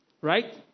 Right